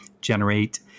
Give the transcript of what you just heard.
generate